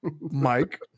Mike